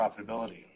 profitability